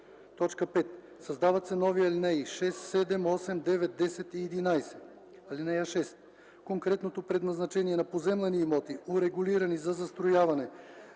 имот.” 5. Създават се нови ал. 6, 7, 8, 9, 10 и 11: „(6) Конкретното предназначение на поземлени имоти, урегулирани за застрояване